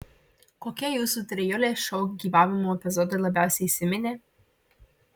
kokie jūsų trijulės šou gyvavimo epizodai labiausiai įsiminė